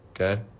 okay